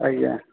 ଆଜ୍ଞା